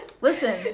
Listen